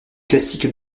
classiques